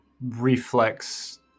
reflex